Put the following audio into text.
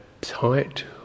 tight